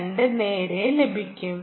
2 നേരെ ലഭിക്കും